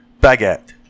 Baguette